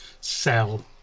sell